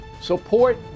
support